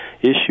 issue